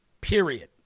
Period